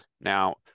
Now